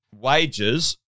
wages